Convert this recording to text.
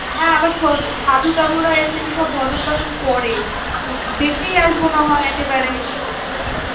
হ্যাঁ আবার সো সাধু টাধুরা এসে কীসব ভজন টজন করে তো দেখেই আসবো না হয় একেবারে